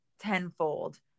tenfold